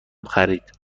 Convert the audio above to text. خرید